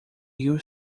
rio